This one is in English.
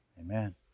Amen